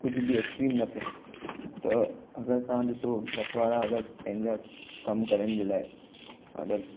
कुझु बि एक्सट्रीम न थियणु खपे त अगरि तव्हां ॾिसो मछुआरा अगरि पंहिंजा कम करण जे लाइ अगरि